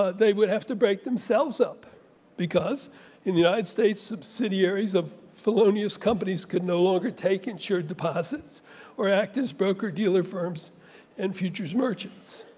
ah they would have to break themselves up because in the united states subsidiaries of felonious companies could no longer take insured deposits or act as broker dealer firms and futures merchants.